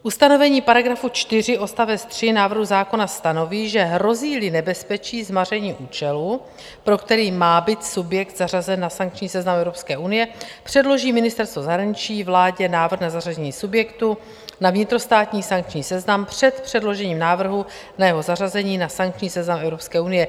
Ustanovení § 4 odst. 3 návrhu zákona stanoví, že hrozíli nebezpečí zmaření účelu, pro který má být subjekt zařazen na sankční seznam Evropské unie, předloží Ministerstvo zahraničí vládě návrh na zařazení subjektu na vnitrostátní sankční seznam před předložením návrhu na jeho zařazení na sankční seznam Evropské unie.